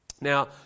Now